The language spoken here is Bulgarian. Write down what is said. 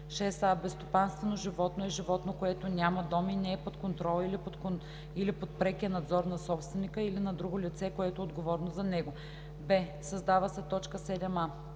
„6а. „Безстопанствено животно“ е животно, което няма дом и не е под контрола или под прекия надзор на собственика или на друго лице, което е отговорно за него.“; б) създава се т. 7а: